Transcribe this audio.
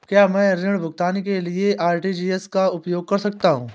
क्या मैं ऋण भुगतान के लिए आर.टी.जी.एस का उपयोग कर सकता हूँ?